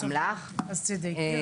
אל תוותרו.